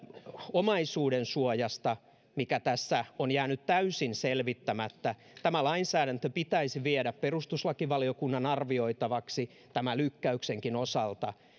omaisuudensuojasta mikä tässä on jäänyt täysin selvittämättä ja tämä lainsäädäntö pitäisi viedä perustuslakivaliokunnan arvioitavaksi tämän lykkäyksenkin osalta